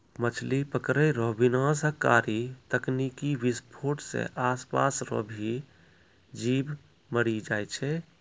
मछली पकड़ै रो विनाशकारी तकनीकी विसफोट से आसपास रो भी जीब मरी जाय छै